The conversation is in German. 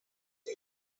die